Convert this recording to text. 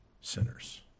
sinners